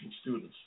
students